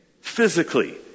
physically